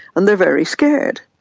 and they're very scared,